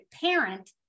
parent